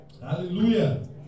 Hallelujah